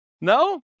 no